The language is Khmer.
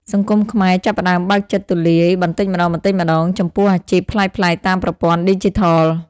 សង្គមខ្មែរចាប់ផ្តើមបើកចិត្តទូលាយបន្តិចម្តងៗ ចំពោះអាជីពប្លែកៗតាមប្រព័ន្ធឌីជីថល។